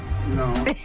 No